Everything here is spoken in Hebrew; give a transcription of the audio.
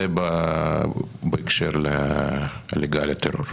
זה בהקשר לגל הטרור.